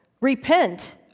Repent